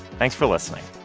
thanks for listening